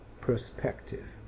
perspective